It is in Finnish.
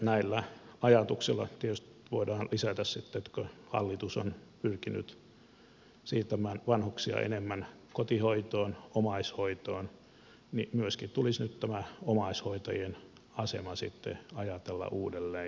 näihin ajatuksiin tietysti voidaan lisätä sitten se että kun hallitus on pyrkinyt siirtämään vanhuksia enemmän kotihoitoon omaishoitoon niin myöskin tulisi nyt tämä omaishoitajien asema sitten ajatella uudelleen